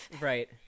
right